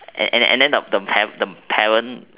and then the parent